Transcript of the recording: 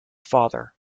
father